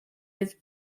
his